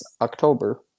October